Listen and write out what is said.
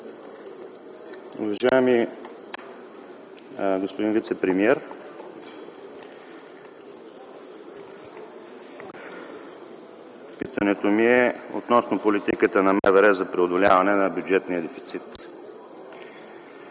Уважаеми господин вицепремиер, питането ми е относно политиката на МВР за преодоляване на бюджетния дефицит.